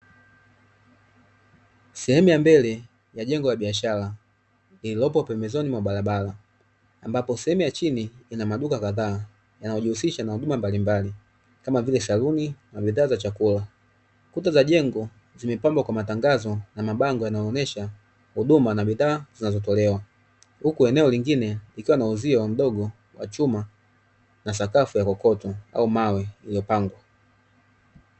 Sehemu ya mbele ya jengo la biashara ya jengo la biashara iliyopo pembezoni mwa barabara, ambapo sehemu ya chini ina maduka kadhaa na hujihusisha na huduma mbalimbali, kama vile; saluni na bidhaa za chakula, kuta za jengo zimepambwa kwa matangazo na mabango yanaoonyesha huduma na bidhaa zinazotolewa, huku eneo lingine likiwa na uzio mdogo wa chuma na sakafu ya kokoto au mawe yaliyopangwa.